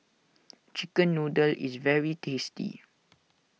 Chicken Noodles is very tasty